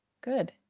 good